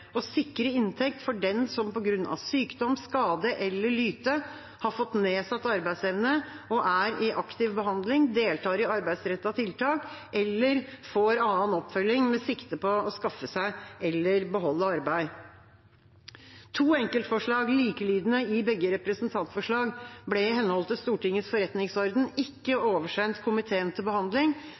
å sikre inntekt for den som på grunn av sykdom, skade eller lyte har fått nedsatt arbeidsevne og er i aktiv behandling, deltar i arbeidsrettede tiltak eller får annen oppfølging med sikte på å skaffe seg eller beholde arbeid. To enkeltforslag, likelydende i begge representantforslag, ble i henhold til Stortingets forretningsorden ikke oversendt komiteen til behandling